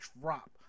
drop